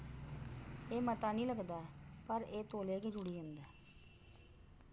एह् मता नि लगदा ऐ पर एह् तौले गै जुड़ी जंदा ऐ